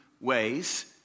ways